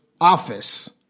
office